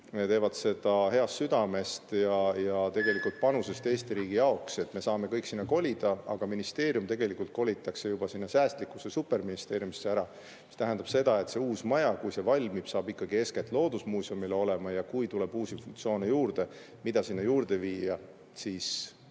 teevad [oma tööd] südamega ja tegelikult panusest Eesti riigile, nii et me saame kõik sinna kolida. Aga ministeerium tegelikult kolitakse sinna säästlikkusse superministeeriumisse ära. See tähendab seda, et see uus maja, kui see valmib, saab ikkagi eeskätt loodusmuuseumile. Ja kui tuleb uusi funktsioone, mida sinna juurde viia, siis